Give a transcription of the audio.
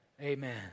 Amen